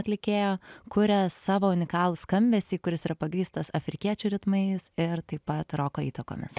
atlikėją kuria savo unikalų skambesį kuris yra pagrįstas afrikiečių ritmais ir taip pat roko įtakomis